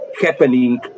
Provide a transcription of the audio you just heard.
happening